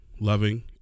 loving